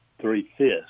three-fifths